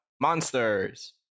monsters